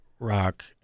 rock